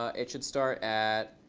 ah it should start at